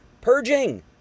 purging